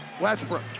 Westbrook